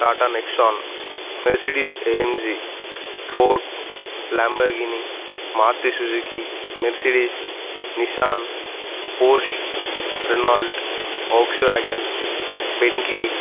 Tata Nexon Mercedes AMG Ford Lamborghini Maruti Suzuki Mercedes Nissan Porsche Renault Volkswagen Bentley